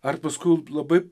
ar paskui labai